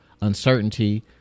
uncertainty